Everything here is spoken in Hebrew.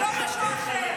לא משהו אחר.